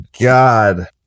God